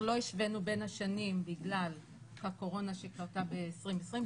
לא השווינו בין השנים בגלל הקורונה שקרתה ב-2020,